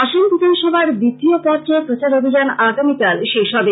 আসাম বিধানসভার দ্বিতীয় পর্যায়ের প্রচার অভিযান আগামীকাল শেষ হবে